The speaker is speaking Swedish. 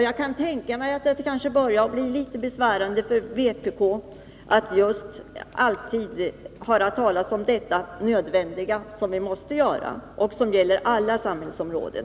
Jag kan tänka mig att det kanske börjar bli litet besvärande för vpk att alltid höra talas om detta nödvändiga, som gäller alla samhällsområden.